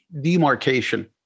demarcation